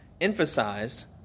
emphasized